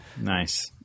Nice